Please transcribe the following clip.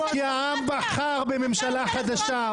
כי העם בחר בממשלה חדשה,